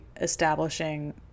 establishing